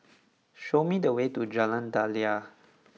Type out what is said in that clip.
show me the way to Jalan Daliah